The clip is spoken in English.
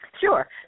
Sure